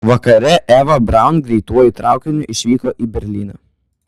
vakare eva braun greituoju traukiniu išvyko į berlyną